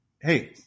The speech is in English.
hey